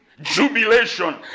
jubilation